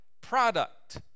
product